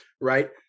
right